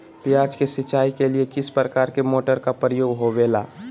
प्याज के सिंचाई के लिए किस प्रकार के मोटर का प्रयोग होवेला?